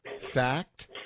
fact